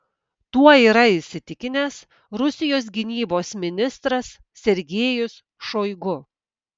tuo yra įsitikinęs rusijos gynybos ministras sergejus šoigu